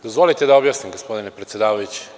Dozvolite da objasnim, gospodine predsedavajući.